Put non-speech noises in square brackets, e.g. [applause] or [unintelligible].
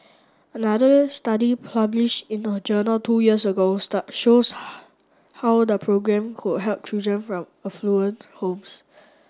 another study publish in a journal two years ago star shows [unintelligible] how the programme could help children from affluent homes